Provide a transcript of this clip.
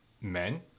men